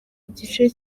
gice